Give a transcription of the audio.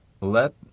Let